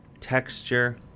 Texture